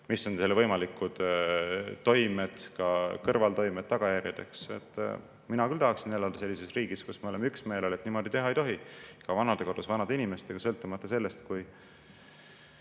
mis on võimalikud toimed, ka kõrvaltoimed, tagajärjed. Mina tahaksin küll elada sellises riigis, kus me oleme üksmeelel, et niimoodi teha ei tohi, ka vanadekodudes vanade inimestega, sõltumata sellest, kui